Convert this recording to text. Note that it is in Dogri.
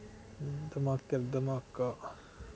धमाके उप्पर धमाका